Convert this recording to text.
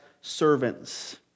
servants